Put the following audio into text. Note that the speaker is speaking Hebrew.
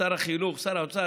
שר האוצר,